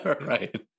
Right